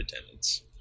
attendance